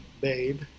babe